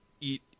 eat